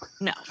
no